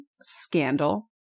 scandal